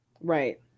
Right